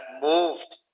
moved